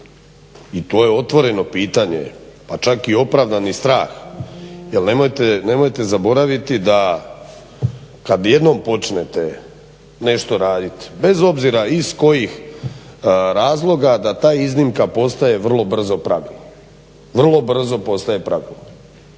I to je otvoreno pitanje, pa čak i opravdani strah, jel nemojte zaboraviti da kad jednom počnete nešto raditi bez obzira iz kojih razloga, da ta iznimka postaje vrlo brzo pravilo, vrlo brzo postaje pravilo.